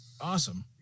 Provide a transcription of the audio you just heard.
awesome